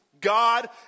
God